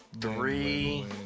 three